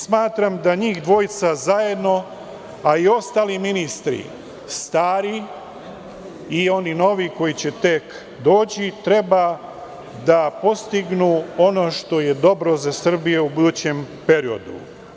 Smatram da njih dvojica zajedno, a i ostali ministri stari i oni novi koji će tek doći, treba da postignu ono što je dobro za Srbiju u budućem periodu.